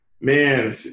Man